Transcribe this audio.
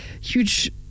huge